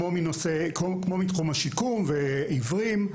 כמו מתחום השיקום ועיוורים,